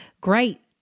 great